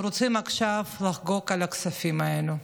אנחנו רוצים עכשיו לחגוג על הכספים האלה.